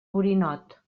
borinot